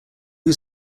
was